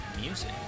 music